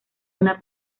una